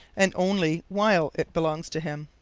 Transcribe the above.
and only while it belongs to him.